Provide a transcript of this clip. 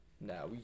No